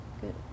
good